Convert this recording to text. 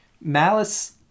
Malice